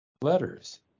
letters